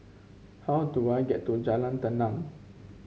how do I get to Jalan Tenang